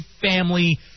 family